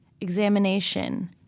examination